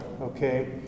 okay